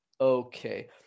okay